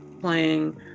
playing